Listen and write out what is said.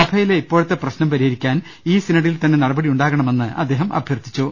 സഭയിലെ ഇപ്പോഴത്തെ പ്രശ്നം പരിഹരിക്കാൻ ഈ സിനഡിൽ തന്നെ നടപടിയുണ്ടാകണ മെന്ന് അദ്ദേഹം അഭ്യർത്ഥിച്ചു